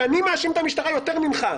ואני מאשים את המשטרה יותר ממך,